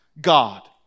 God